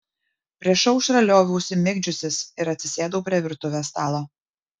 prieš aušrą lioviausi migdžiusis ir atsisėdau prie virtuvės stalo